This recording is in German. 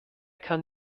kann